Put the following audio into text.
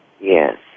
Yes